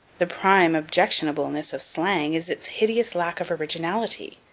the prime objectionableness of slang is its hideous lack of originality.